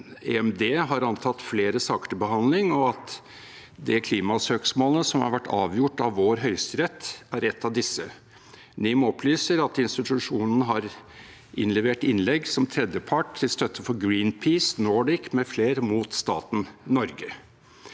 EMD har antatt flere saker til behandling, og at det klimasøksmålet som har vært avgjort av vår Høyesterett, er en av disse. NIM opplyser at institusjonen har innlevert innlegg som tredjepart til støtte for Greenpeace Nordic mfl. mot staten Norge.